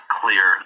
clear